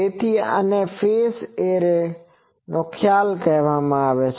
તેથી આને ફેઝ એરેનો ખ્યાલ કહેવામાં આવે છે